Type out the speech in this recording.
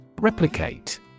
Replicate